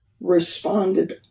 responded